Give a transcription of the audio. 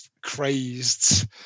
crazed